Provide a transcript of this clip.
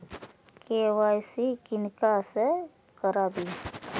KYC किनका से कराबी?